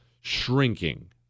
shrinking